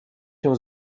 się